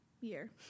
year